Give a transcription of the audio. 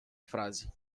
frase